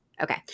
Okay